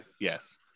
yes